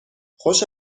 خوش